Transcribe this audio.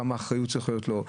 וכמה אחריות צריכה להיות לו.